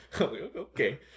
okay